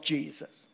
Jesus 。